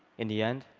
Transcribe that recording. in the end,